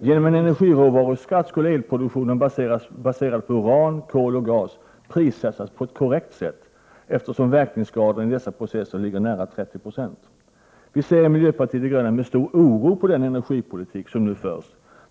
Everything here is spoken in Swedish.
Genom en energiråvaruskatt skulle elproduktionen baserad på uran, kol och gas prissättas på ett korrekt sätt, eftersom verkningsgraden i dessa processer ligger nära 30 9. Vi ser i miljöpartiet de gröna med stor oro på den energipolitik som nu förs.